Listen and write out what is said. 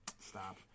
Stop